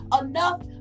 enough